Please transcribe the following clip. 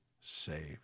saved